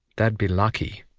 they'd be lucky.